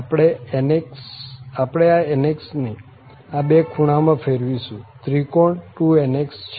આપણે આ nx ને આ બે ખૂણામાં ફેરવીશુંદ્રિકોણ 2nx છે